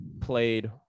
played